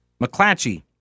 McClatchy